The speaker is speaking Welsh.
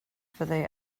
fyddai